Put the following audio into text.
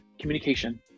communication